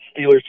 Steelers